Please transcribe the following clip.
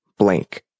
blank